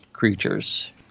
Creatures